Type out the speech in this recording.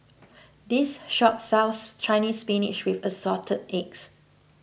this shop sells Chinese Spinach with Assorted Eggs